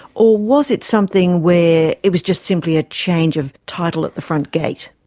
or was it something where it was just simply a change of title at the front gate?